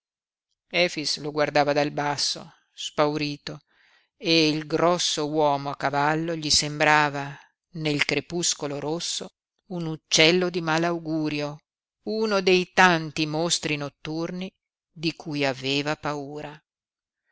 lo guardava dal basso spaurito e il grosso uomo a cavallo gli sembrava nel crepuscolo rosso un uccello di malaugurio uno dei tanti mostri notturni di cui aveva paura